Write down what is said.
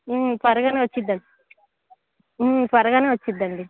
త్వరగా వచ్చుద్ది త్వరగా వచ్చుద్దండి